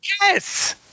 Yes